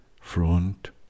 front